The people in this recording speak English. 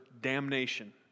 damnation